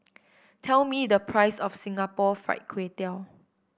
tell me the price of Singapore Fried Kway Tiao